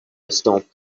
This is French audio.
estampes